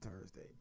Thursday